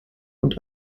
und